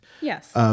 Yes